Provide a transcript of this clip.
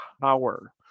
power